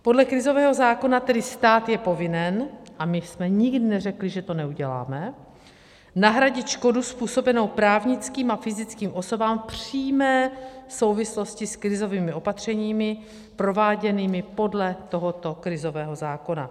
Podle krizového zákona tedy stát je povinen a my jsme nikdy neřekli, že to neuděláme nahradit škodu způsobenou právnickým a fyzickým osobám v přímé souvislosti s krizovými opatřeními prováděnými podle tohoto krizového zákona.